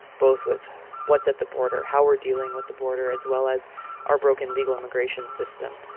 both with what's at the border, how we're dealing with the border, as well as our broken legal immigration system.